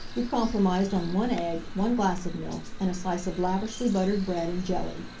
we compromised on one egg, one glass of milk, and a slice of lavishly buttered bread, and jelly.